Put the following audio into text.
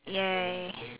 ya